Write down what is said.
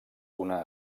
una